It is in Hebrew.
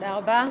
תודה רבה.